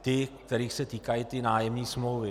Ty, kterých se týkají ty nájemní smlouvy.